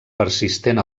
persistent